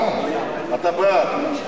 אתה בעד?